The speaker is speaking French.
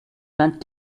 vingt